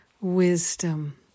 wisdom